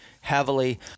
heavily